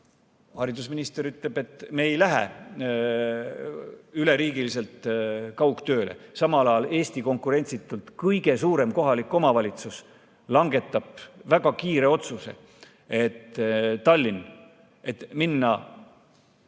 Haridusminister ütleb, et me ei lähe üleriigiliselt distantsõppele, samal ajal Eesti konkurentsitult kõige suurem kohalik omavalitsus langetab väga kiire otsuse, et Tallinn lähebin